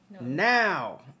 Now